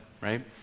Right